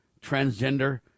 transgender